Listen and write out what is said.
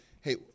hey